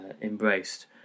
embraced